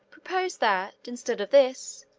proposed that, instead of this,